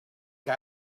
que